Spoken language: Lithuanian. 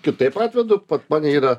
kitaip atveda pas mane yra